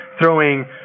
throwing